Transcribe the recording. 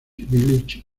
village